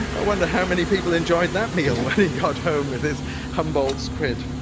but wonder how many people enjoyed that meal when he got home with his humboldt squid.